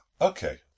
Okay